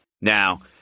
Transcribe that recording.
Now